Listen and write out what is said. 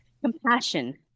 compassion